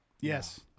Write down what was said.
Yes